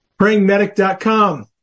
PrayingMedic.com